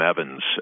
Evans